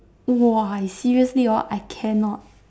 !wah! seriously hor I cannot